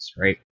right